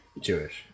Jewish